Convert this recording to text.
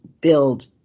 build